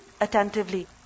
attentively